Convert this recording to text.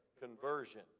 conversion